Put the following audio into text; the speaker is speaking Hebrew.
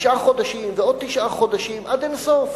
תשעה חודשים ועוד תשעה חודשים, עד אין סוף.